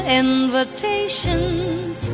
invitations